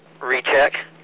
RECHECK